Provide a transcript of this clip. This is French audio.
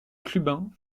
clubin